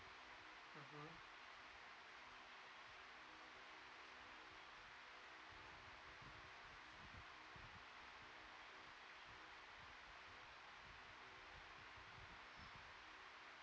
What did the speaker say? mmhmm